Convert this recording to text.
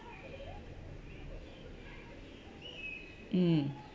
mm